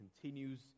continues